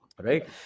Right